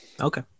Okay